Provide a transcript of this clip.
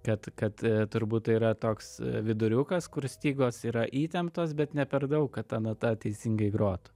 kad kad turbūt tai yra toks viduriukas kur stygos yra įtemptos bet ne per daug kad ta nata teisingai grotų